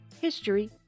history